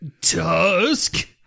Tusk